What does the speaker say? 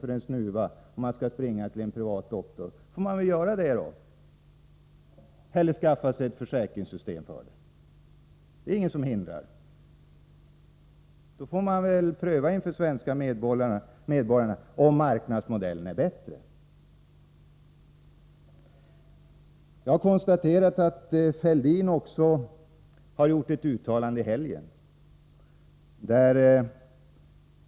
för en snuva, när man skall springa till en privat doktor, får man väl göra det eller skaffa sig ett försäkringssystem för det — det är ingen som hindrar detta. Man kan ju pröva inför de svenska medborgarna om marknadsmodellen är bättre. Jag har noterat att Thorbjörn Fälldin gjort ett uttalande i helgen.